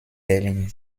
berlin